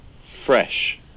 fresh